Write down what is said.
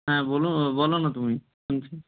হ্যাঁ বলো না তুমি শুনছি